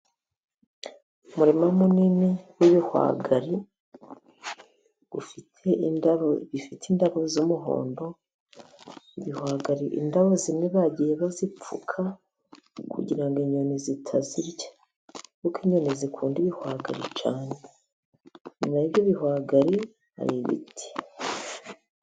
Umurima munini w'ibihwagari bifite indabo z'umuhondo. Ibihwagari indabo zimwe bagiye bazipfuka, kugira ngo inyoni zitazirya kuko inyoni zikunda ibihwagari. Inyuma y'ibyo bihwagari hari ibiti.